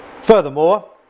Furthermore